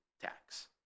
tax